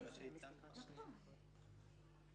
כן,